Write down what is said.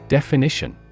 Definition